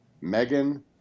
Megan